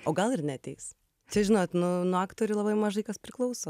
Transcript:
o gal ir neateis čia žinot nu nuo aktorių labai mažai kas priklauso